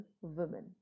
Women